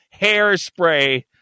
hairspray